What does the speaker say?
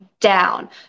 down